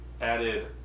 added